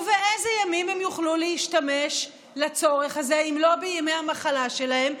ובאילו ימים הם יוכלו להשתמש לצורך הזה אם לא בימי המחלה שלהם?